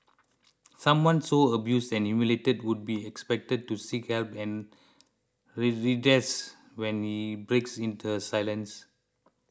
someone so abused and humiliated would be expected to seek help and redress when she breaks in her silence